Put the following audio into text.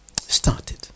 started